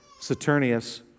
Saturnius